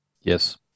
Yes